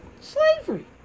slavery